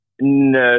No